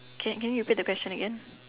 can can you repeat the question again